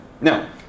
Now